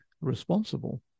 responsible